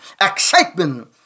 excitement